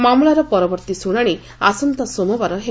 ମାମଲାର ପରବର୍ତୀ ଶୁଶାଶି ଆସନ୍ତା ସୋମବାର ହେବ